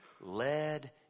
led